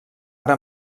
ara